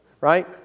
Right